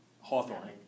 Hawthorne